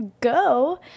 go